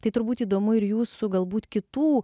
tai turbūt įdomu ir jūsų galbūt kitų